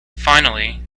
finally